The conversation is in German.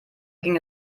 ging